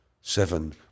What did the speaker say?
seven